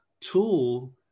tool